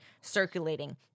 circulating